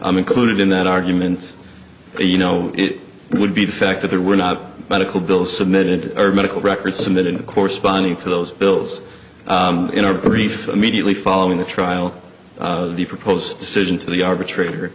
i'm included in that argument you know it would be the fact that there were not medical bills submitted or medical records and that in the corresponding to those bills in our brief immediately following the trial of the proposed decision to the arbitrator